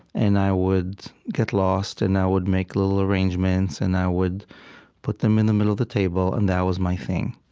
and i would get lost, and i would make little arrangements, and i would put them in the middle of the table, and that was my thing.